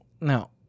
No